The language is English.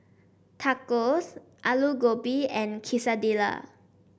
Tacos Alu Gobi and Quesadillas